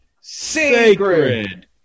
sacred